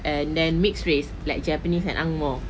and then mixed race like japanese and ang moh